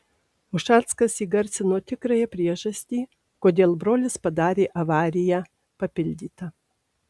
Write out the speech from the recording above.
ušackas įgarsino tikrąją priežastį kodėl brolis padarė avariją papildyta